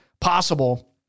possible